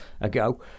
ago